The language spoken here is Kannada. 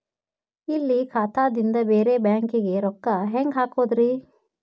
ಇಲ್ಲಿ ಖಾತಾದಿಂದ ಬೇರೆ ಬ್ಯಾಂಕಿಗೆ ರೊಕ್ಕ ಹೆಂಗ್ ಹಾಕೋದ್ರಿ?